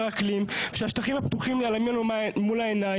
אקלים ושהשטחים הפתוחים ייעלמו לנו מהעיניים,